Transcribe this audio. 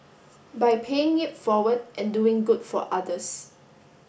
by paying it forward and doing good for others